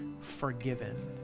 forgiven